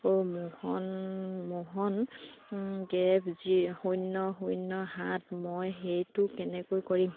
মোহন মোহন গেপ জি শূন্য শূন্য সাত মই সেইটো কেনেকৈ কৰিম